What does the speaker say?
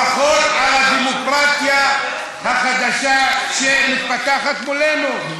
ברכות על הדמוקרטיה החדשה שמתפתחת מולנו.